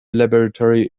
laboratory